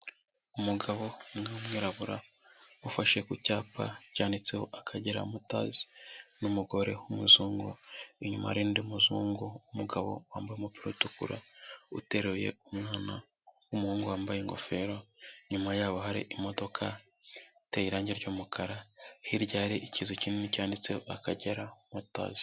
Umugabo w'umwirabura ufashe ku cyapa cyanditseho Akagira motors, n'umugore w'umuzungu, inyuma hari undi muzungu. Umugabo wambaye umupira utukura uteruye umwana w'umuhungu wambaye ingofero. Inyuma yaho hari imodoka iteye irangi ry'umukara. Hirya hari ikizu kinini cyanditseho Akagera motors.